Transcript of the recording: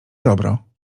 dobro